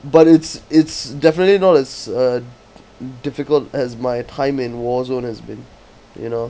but it's it's definitely not as uh difficult as my time in warzone has been you know